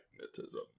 magnetism